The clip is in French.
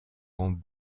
rang